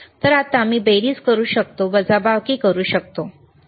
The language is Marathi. तर आता मी बेरीज करू शकतो मी वजाबाकी करू शकतो ठीक आहे